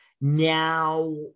now